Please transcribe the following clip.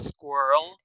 Squirrel